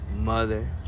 Mother